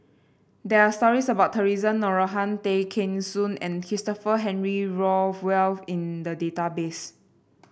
there are stories about Theresa Noronha Tay Kheng Soon and Christopher Henry Rothwell in the database